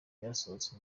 ryasohotse